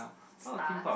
stars